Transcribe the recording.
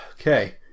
okay